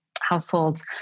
households